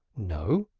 no,